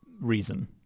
reason